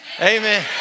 amen